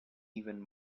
even